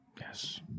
Yes